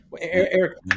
eric